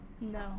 No